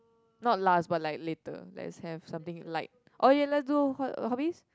not last but like later let's have something light okay let's do hobbies